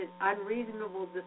unreasonable